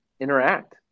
interact